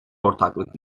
ortaklık